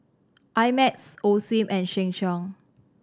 I Max Osim and Sheng Siong